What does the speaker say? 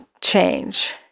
change